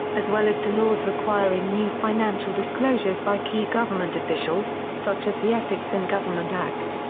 as well as to laws requiring new financial disclosures by key government officials, such as the ethics in government act.